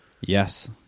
Yes